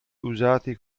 usati